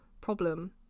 problem